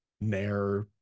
nair